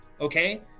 Okay